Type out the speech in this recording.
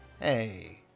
Hey